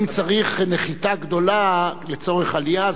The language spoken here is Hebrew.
אם צריך נחיתה גדולה לצורך עלייה,